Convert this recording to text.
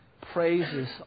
praises